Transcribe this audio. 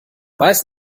beiß